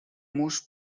most